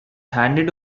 handed